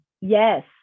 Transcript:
Yes